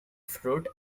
fruit